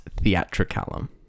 Theatricalum